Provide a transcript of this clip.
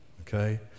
okay